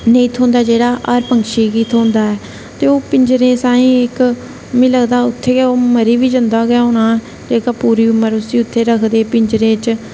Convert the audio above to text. नेईं थ्होंदा जेहड़ा हर पक्षी गी थ्होंदा ऐ ते ओह् पिंजरे साहें इक मि लगदा उत्थै गै ओह् मरी बी जंदा होना ते इक पूरी उमर उसी रखदे पिंजरे च